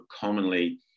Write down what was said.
commonly